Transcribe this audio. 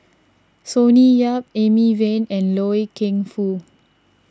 Sonny Yap Amy Van and Loy Keng Foo